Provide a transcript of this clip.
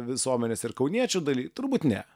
visuomenės ir kauniečių daly turbūt ne